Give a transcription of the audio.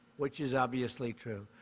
which is obviously true.